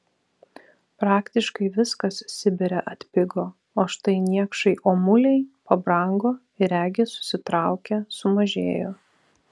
praktiškai viskas sibire atpigo o štai niekšai omuliai pabrango ir regis susitraukė sumažėjo